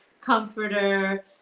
comforter